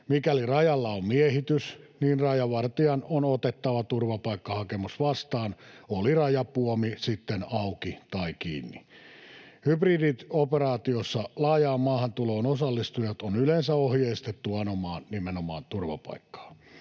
Mikäli rajalla on miehitys, niin rajavartijan on otettava turvapaikkahakemus vastaan, oli rajapuomi sitten auki tai kiinni. Hybridioperaatiossa laajaan maahantuloon osallistujat on yleensä ohjeistettu anomaan nimenomaan turvapaikkaa.